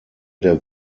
der